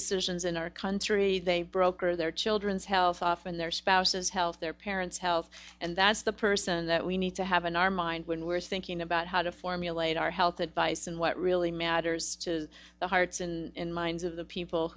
decisions in our country they broker their children's health often their spouse's health their parents health that's the person that we need to have in our mind when we're thinking about how to formulate our health advice and what really matters to the hearts and minds of the people